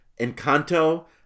Encanto